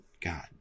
God